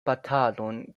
batalon